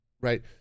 right